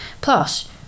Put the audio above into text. Plus